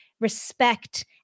respect